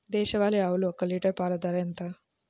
దేశవాలి ఆవులు ఒక్క లీటర్ పాలు ఎంత ధర ఉంటుంది?